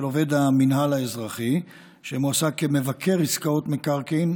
עובד המינהל האזרחי המועסק כמבקר עסקאות מקרקעין,